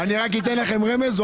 אתן רמז.